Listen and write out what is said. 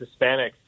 Hispanics